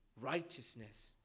righteousness